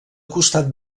costat